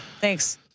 Thanks